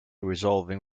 resolving